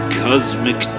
cosmic